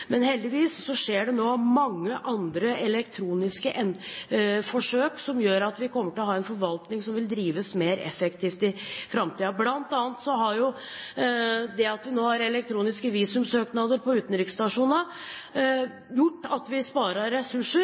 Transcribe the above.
Men heldigvis skjer det nå mange andre elektroniske forsøk, som gjør at vi kommer til å ha en forvaltning som drives mer effektivt i framtiden. Blant annet har det at vi nå har elektroniske visumsøknader ved utenriksstasjonene, gjort at vi sparer ressurser